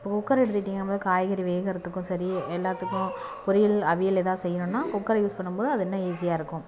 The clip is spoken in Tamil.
இப்போது குக்கர் எடுத்துக்கிட்டிங்கும் போது காய்கறி வேகிறதுக்கும் சரி எல்லாத்துக்கும் பொறியல் அவியல் எதுனால் செய்யணுன்னால் குக்கரை யூஸ் பண்ணும் போது அது இன்னும் ஈசியாக இருக்கும்